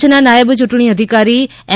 કચ્છના નાયબ ચૂંટણી અધિકારી એમ